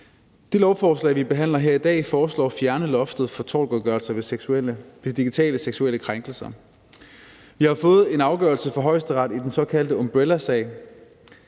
Det lovforslag, som vi behandler her i dag, foreslår at fjerne loftet for tortgodtgørelse ved digitale seksuelle krænkelser. Vi har fået en afgørelse fra Højesteret i den såkaldte Umbrellasag.